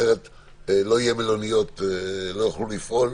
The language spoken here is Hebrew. אחרת לא יהיו מלוניות, לא יוכלו לפעול,